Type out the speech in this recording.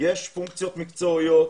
יש פונקציות מקצועיות,